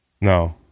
No